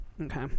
Okay